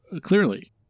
clearly